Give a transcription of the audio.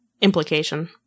implication